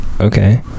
Okay